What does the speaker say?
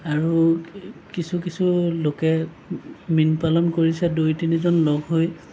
আৰু কিছু কিছু লোকে মীনপালন কৰিছে দুই তিনিজন লগ হৈ